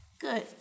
good